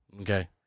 Okay